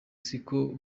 siko